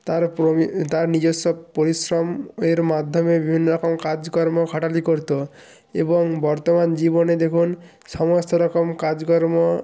তার প্রবি তার নিজেস্ব পরিশ্রম এর মাধ্যমে বিভিন্ন রকম কাজকর্ম খাটালি করতো এবং বর্তমান জীবনে দেখুন সমস্ত রকম কাজকর্ম